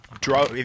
draw